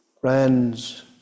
Friends